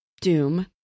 doom